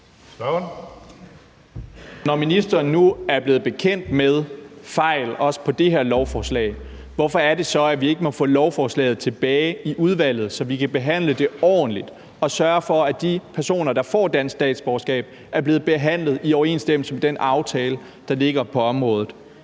Når ministeren nu er blevet bekendt med fejl også på det her lovforslag, hvorfor må vi så ikke få lovforslaget tilbage i udvalget, så vi kan behandle det ordentligt og sørge for, at de personer, der får dansk statsborgerskab, er blevet behandlet i overensstemmelse med den aftale, der ligger på området?